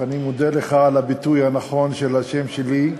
אני מודה לך על הביטוי הנכון של השם שלי,